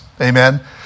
amen